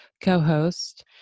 co-host